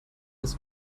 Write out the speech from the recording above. ist